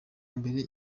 mbere